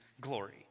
glory